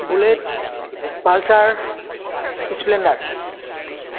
bullet pulsar splendor